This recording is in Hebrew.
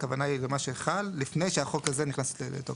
הכוונה היא למה שחל לפני שהחוק הזה נכנס לתוקף.